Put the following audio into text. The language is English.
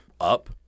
up